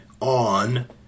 on